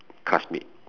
classmate